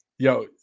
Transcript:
Yo